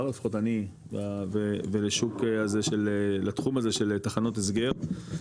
לפחות אני ולשוק הזה של לתחום הזה של תחנות הסגר,